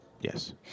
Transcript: Yes